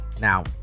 now